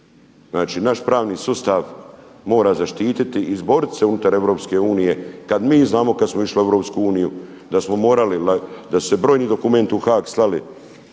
Znači naš pravni sustav mora zaštiti i izboriti se unutar EU kad mi znamo kad smo išli u EU da smo morali, da su se brojni dokumenti u Haag slali